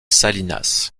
salinas